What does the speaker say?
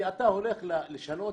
כי אתה הולך לשנות